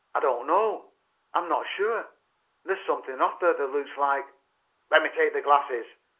i don't know i'm not sure there's something off there that looks like let me take the glasses!